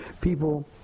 people